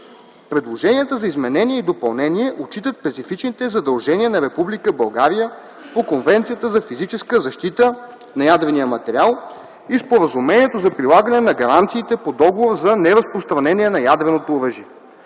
Предложенията за изменение и допълнение отчитат специфичните задължения на Република България по Конвенцията за физическа защита на ядрения материал и Споразумението за прилагане на гаранциите по Договора за неразпространение на ядреното оръжие.